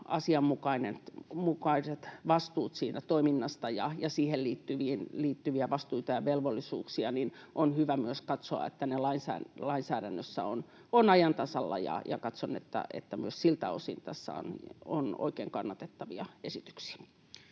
asianmukaiset vastuut siitä toiminnasta ja siihen liittyvistä vastuista ja velvollisuuksista, joten on hyvä myös katsoa, että ne ovat lainsäädännössä ajan tasalla. Katson, että myös siltä osin tässä on oikein kannatettavia esityksiä.